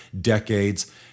decades